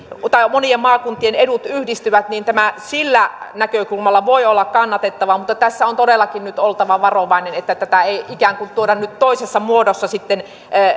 monien maakuntien edut yhdistyvät niin tämä sillä näkökulmalla voi olla kannatettavaa mutta tässä on todellakin nyt oltava varovainen että ei ikään kuin tuoda nyt toisessa muodossa